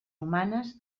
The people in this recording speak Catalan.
humanes